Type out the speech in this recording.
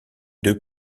deux